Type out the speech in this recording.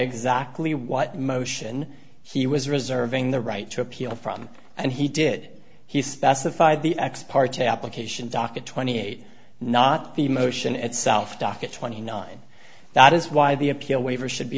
exactly what motion he was reserving the right to appeal from and he did he specified the ex parte application docket twenty eight not the motion itself docket twenty nine that is why the appeal waiver should be